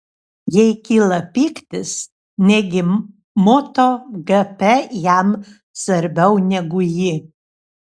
jai kyla pyktis negi moto gp jam svarbiau negu ji